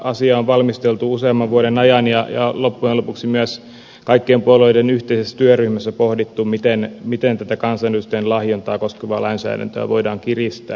asiaa on valmisteltu usean vuoden ajan ja loppujen lopuksi myös kaikkien puolueiden yhteisessä työryhmässä on pohdittu miten tätä kansanedustajien lahjontaa koskevaa lainsäädäntöä voidaan kiristää